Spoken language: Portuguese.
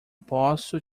posso